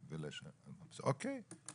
אוקיי.